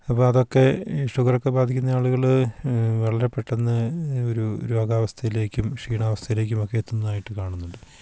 അപ്പോൾ അതൊക്കെ ഷുഗറൊക്കെ ബാധിക്കുന്ന ആളുകൾ വളരെ പെട്ടെന്ന് ഒരു രോഗാവസ്ഥയിലേക്കും ക്ഷീണാവസ്ഥയിലേക്കുമൊക്കെ എത്തുന്നതായിട്ട് കാണുന്നുണ്ട്